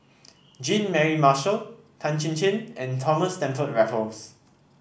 Jean Mary Marshall Tan Chin Chin and Thomas Stamford Raffles